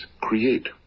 create